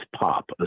pop